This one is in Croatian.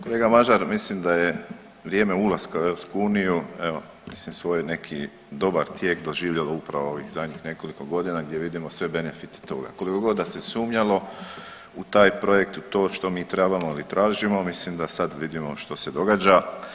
Kolega Mažar mislim da je vrijeme ulaska u EU evo mislim svoj neki dobar tijek doživjelo u ovih zadnjih nekoliko godina gdje vidimo sve benefite toga, kolikogod da se sumnjalo u taj projekt u to što mi trebamo ili tražimo, mislim da sad vidimo što se događa.